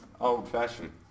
Old-fashioned